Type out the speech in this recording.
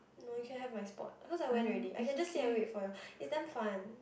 no you can have my spot cause I went already I can just sit and wait for your is damn fun